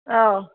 औ